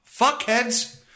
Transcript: fuckheads